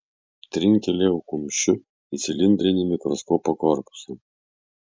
trinktelėjau kumščiu į cilindrinį mikroskopo korpusą